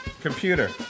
Computer